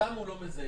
אותם הוא לא מזהה.